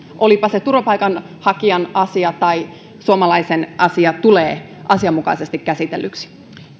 olipa se turvapaikanhakijan asia tai suomalaisen asia tulee asianmukaisesti käsitellyksi